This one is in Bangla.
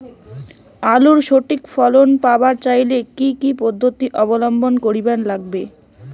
আলুর সঠিক ফলন পাবার চাইলে কি কি পদ্ধতি অবলম্বন করিবার লাগবে?